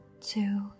two